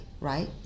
right